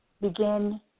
begin